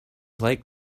like